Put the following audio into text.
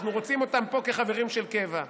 אנחנו רוצים אותם פה כחברים של קבע.